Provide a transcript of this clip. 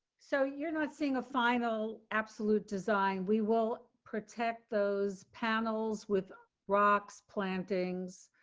so you're not seeing a final absolute design. we will protect those panels with rocks plantings